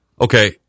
Okay